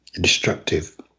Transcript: destructive